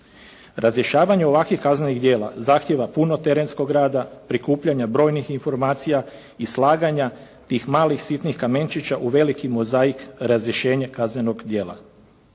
Razrješavanje ovakvih kaznenih djela zahtjeva puno terenskog rada, prikupljanje brojnih informacija i slaganja tih malih sitnih kamenčića u veliki mozaik razrješenje kaznenog djela.